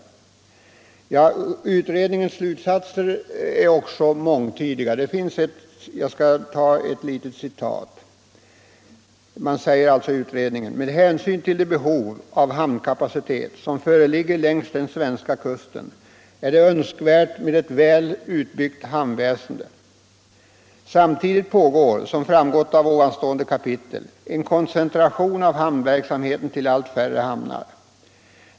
Re nast Utredningens slutsatser är mångtydiga. Jag skall anföra ett litet citat: —- Om planeringen av ”Med hänsyn till de behov av hamnkapacitet som föreligger längs - hamnsystemet den svenska kusten är det önskvärt med ett väl utbyggt hamnväsen. Samtidigt pågår, som framgått av ovanstående kapitel, en koncentration av hamnverksamheten till allt färre hamnar.